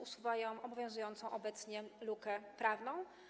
Usuwają one obowiązującą obecnie lukę prawną.